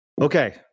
okay